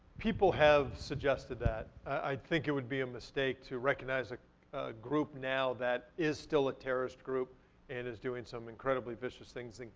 people have suggested that. i think it would be a mistake to recognize a group now that is still a terrorist group and is doing some incredibly vicious things,